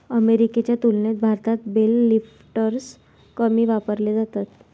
अमेरिकेच्या तुलनेत भारतात बेल लिफ्टर्स कमी वापरले जातात